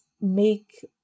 make